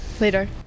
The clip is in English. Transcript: later